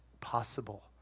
possible